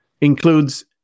includes